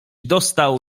dostał